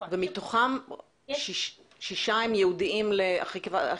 ומתוכם שישה הם ייעודיים לאכיפה.